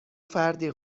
فردی